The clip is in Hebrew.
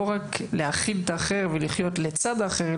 לא רק להכיל את האחר ולחיות לצד האחר,